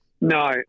No